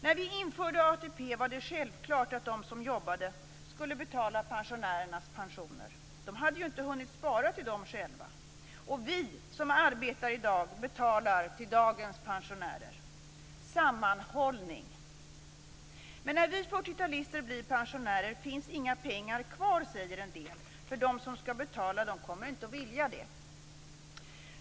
När vi införde ATP var det självklart att de som jobbade skulle betala pensionärernas pensioner. De hade ju inte hunnit spara till dem själva. Och vi som arbetar i dag betalar till dagens pensionärer: sammanhållning. Men när vi fyrtiotalister blir pensionärer finns inga pengar kvar, säger en del, för de som skall betala kommer inte att vilja det.